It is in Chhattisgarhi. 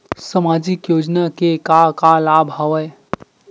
सामाजिक योजना के का का लाभ हवय?